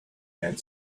and